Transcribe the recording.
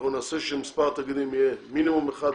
אנחנו נעשה שמספר התאגידים יהיה מינימום 11